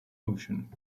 ocean